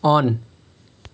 on